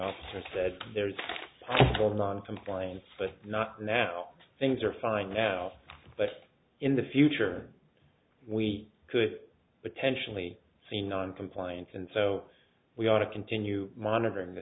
officer said there's noncompliance but not now things are fine now but in the future we could potentially see noncompliance and so we ought to continue monitoring the